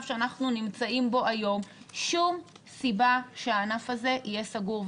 שאנחנו נמצאים בו היום שום סיבה שהענף הזה יהיה סגור.